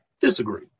Disagree